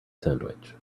sandwich